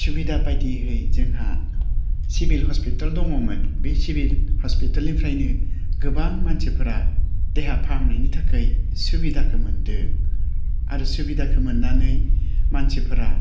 सुबिदा बायदियैहै जोंहा सिभिल हस्पिताल दङमोन बे सिभिल हस्पितालनिफ्रायनो गोबां मानसिफ्रा देहा फाहामनायनि थाखाय सुबिदाखौ मोन्दों आरो सुबिदाखौ मोन्नानै मानसिफ्रा